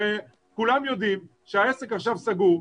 הרי כולם יודעים שהעסק עכשיו סגור,